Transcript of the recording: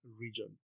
region